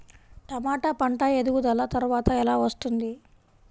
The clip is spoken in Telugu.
టమాట పంట ఎదుగుదల త్వరగా ఎలా వస్తుంది?